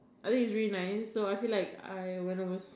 I think is really nice so I feel like I when I was